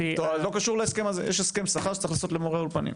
הסיכום הוא לגיטימי,